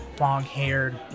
long-haired